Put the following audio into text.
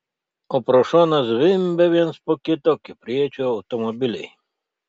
o pro šoną zvimbia vienas po kito kipriečių automobiliai